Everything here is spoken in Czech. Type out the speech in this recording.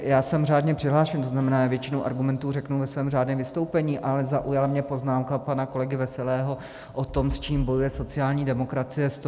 Já jsem řádně přihlášen, to znamená, většinu argumentů řeknu ve svém řádném vystoupení, ale zaujala mě poznámka pana kolegy Veselého o tom, s čím bojuje sociální demokracie 143 let.